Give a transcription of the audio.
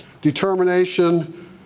determination